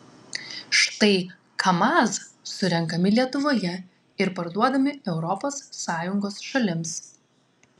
štai kamaz surenkami lietuvoje ir parduodami europos sąjungos šalims